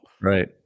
Right